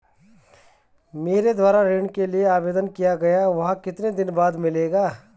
मेरे द्वारा ऋण के लिए आवेदन किया गया है वह कितने दिन बाद मिलेगा?